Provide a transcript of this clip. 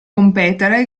competere